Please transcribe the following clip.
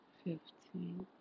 fifteen